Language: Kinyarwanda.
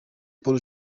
paul